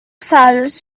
silence